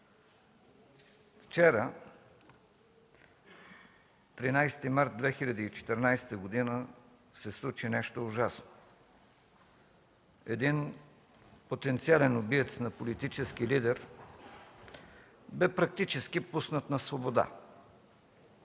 Вчера, 13 март 2014 г., се случи нещо ужасно – един потенциален убиец на политически лидер бе практически пуснат на свобода.